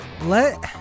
Let